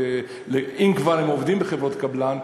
שאם כבר הם עובדים בחברות קבלן,